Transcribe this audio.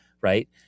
right